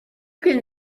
can